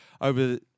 over